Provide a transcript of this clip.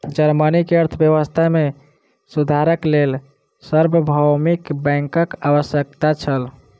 Germany के अर्थव्यवस्था मे सुधारक लेल सार्वभौमिक बैंकक आवश्यकता छल